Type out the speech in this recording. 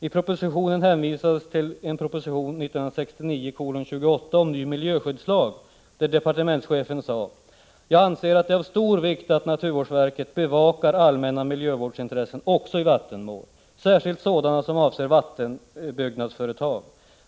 I propositionen hänvisades till en proposition 1969:28 om ny miljöskyddslag, där departementschefen sade: ”Jag anser att det är av stor vikt att naturvårdsverket bevakar allmänna miljövårdsintressen också i vattenmål, särskilt sådana som avser vattenbyggnadsföretag.